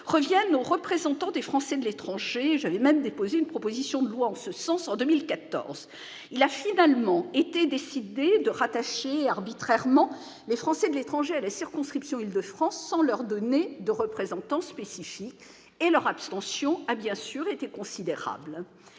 reviennent aux représentants des Français de l'étranger. J'avais même déposé une proposition de loi en ce sens en 2014. Il a finalement été décidé de rattacher arbitrairement les Français de l'étranger à la circonscription d'Île-de-France, sans leur donner de représentants spécifiques, et leur abstention a bien sûr été considérable.